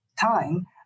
time